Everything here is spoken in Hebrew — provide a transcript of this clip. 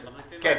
כן.